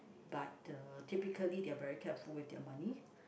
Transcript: but uh typically they are very careful with their money